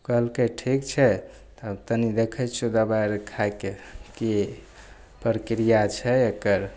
कहलकै ठीक छै तब तनि देखै छिऔ दवाइ अओर खाके कि प्रक्रिया छै एकर